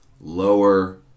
lower